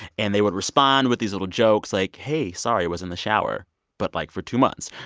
and they would respond with these little jokes like, hey, sorry, was in the shower but like for two months.